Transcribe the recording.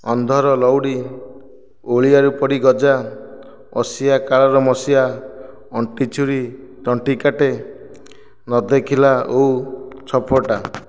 ଅନ୍ଧର ଲଉଡ଼ି ଓଳିଆରୁ ପଡ଼ି ଗଜା ଅସିଆ କାଳର ମସିଆ ଅଣ୍ଟିଛୁରୀ ତଣ୍ଟିକାଟେ ନ ଦେଖିଲା ଓଉ ଛଅପଟା